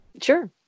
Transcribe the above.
Sure